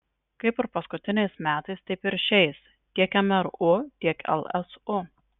kaip ir paskutiniais metais taip ir šiais tiek mru tiek lsu